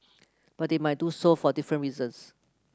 but they might do so for different reasons